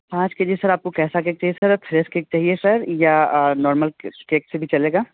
पाँच K G sir आपको कैसा केक चाहिए सर फ्रेस केक चाहिए सर या नॉर्मल केक से भी चलेगा